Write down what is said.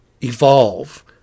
evolve